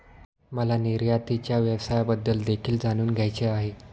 मला निर्यातीच्या व्यवसायाबद्दल देखील जाणून घ्यायचे आहे